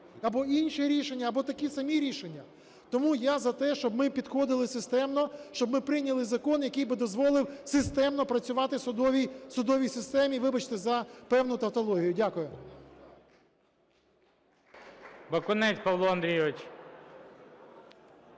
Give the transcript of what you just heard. або інші рішення, або такі самі рішення. Тому я за те, щоб ми підходили системно, щоб ми прийняли закон, який би дозволив системно працювати судовій системі, вибачте за певну тавтологію. Дякую.